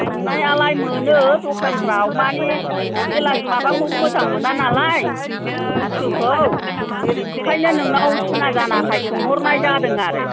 मोन्नायालाय मोनो दखानफ्राव माने खेला माबाखौ मोजां मोना नालाय बुस्थुखौ ओंखायनो नोंनाव सिना जानायखाय सोंहरनाय जादों आरो